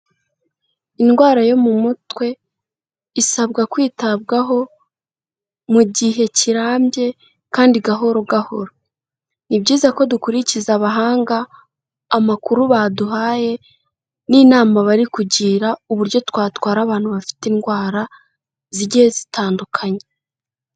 Indwara yo mu mutwe, isabwa kwitabwaho, mu gihe kirambye kandi gahoro gahoro, ni byiza ko dukurikiza abahanga, amakuru baduhaye, n'inama bari kugira uburyo twatwara abantu bafite indwara zigiye zitandukanye.